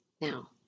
Now